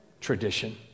tradition